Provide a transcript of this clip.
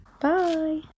Bye